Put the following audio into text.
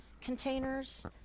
containers